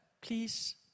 please